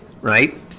right